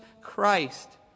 Christ